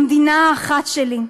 המדינה האחת שלי,